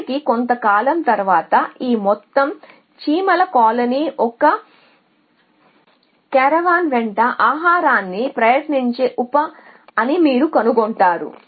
చివరికి కొంతకాలం తర్వాత ఈ మొత్తం చీమల కాలనీ ఆహారానికి ప్రయాణించే ఒక కారవాన్ వెంట ఉప కారవాన్ అని మీరు కనుగొంటారు